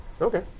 Okay